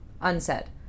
unsaid